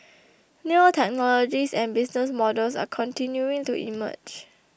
new technologies and business models are continuing to emerge